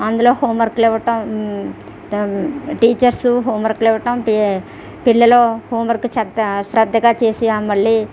అందులో హోమ్ వర్కులు ఇవ్వడం టీచర్స్ హోంవర్కులు ఇవ్వడం పిల్లలు హోంవర్క్ చద్దా శ్రద్దగా చేసి మళ్ళీ